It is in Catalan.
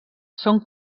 són